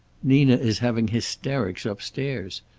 nina is having hysterics upstairs,